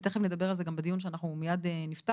ותיכף נדבר על זה גם בדיון שמיד אנחנו נפתח,